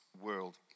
world